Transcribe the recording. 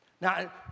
Now